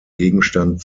gegenstand